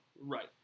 Right